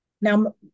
Now